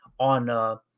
on